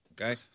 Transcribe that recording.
Okay